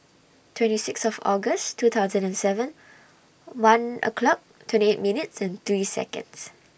twenty six of August two thousand and seven one o'clock twenty eight minutes and three Seconds